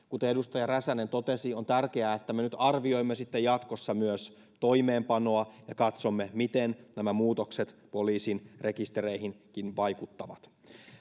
kuten edustaja räsänen totesi on tärkeää että me nyt arvioimme sitten jatkossa myös toimeenpanoa ja katsomme miten nämä muutokset poliisin rekistereihinkin vaikuttavat